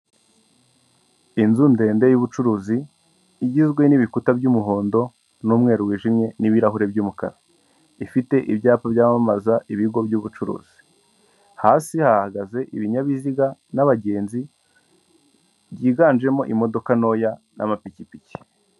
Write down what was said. Inzu ndende y'ubucuruzi igizwe n'ibikuta by'umuhondo n'umweru wijimye n'ibirahuri by'umukara, ifite ibyapa byamamaza ibigo by'ubucuruzi, hasi hahagaze ibinyabiziga n'abagenzi byiganjemo imodoka ntoya n'amapikipiki.